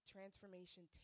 Transformation